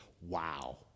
wow